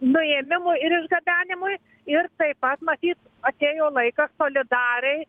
nuėmimui ir išgabenimui ir taip pat matyt atėjo laikas solidariai